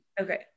okay